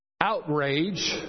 outrage